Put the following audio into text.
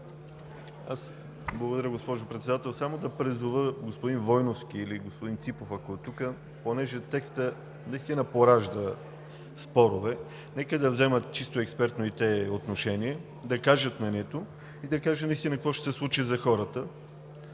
Благодаря, госпожо Председател. Само да призова господин Войновски, или господин Ципов, ако е тук, понеже текстът наистина поражда спорове, нека да вземат и те чисто експертно отношение, да кажат мнението и да кажат наистина какво ще се случи за хората,